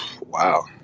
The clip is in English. Wow